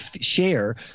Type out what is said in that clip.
share